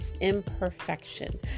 imperfection